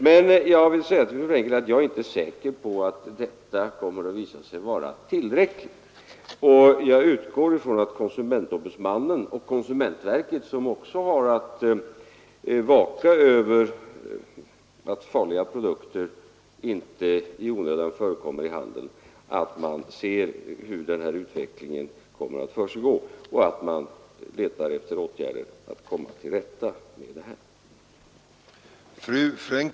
Men jag vill säga till fru Fre&nkel att jag inte är säker på att detta kommer att visa sig vara tillräckligt. Jag utgår ifrån att konsumentombudsmannen och konsumentverket, som också har att vaka över att farliga produkter inte i onödan förekommer i handeln, följer utvecklingen och söker få till stånd åtgärder för att komma till rätta med den här reklamen.